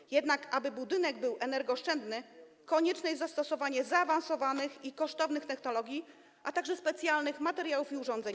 Aby jednak budynek był energooszczędny, konieczne jest zastosowanie zaawansowanych i kosztownych technologii, a także specjalnych materiałów i urządzeń.